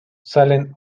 salen